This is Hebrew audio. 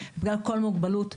בגלל כל מוגבלות שהיא,